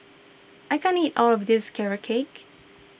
I can't eat all of this Carrot Cake